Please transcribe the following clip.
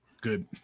good